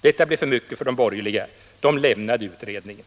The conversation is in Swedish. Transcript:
Detta blev för mycket för de borgerliga. De lämnade utredningen.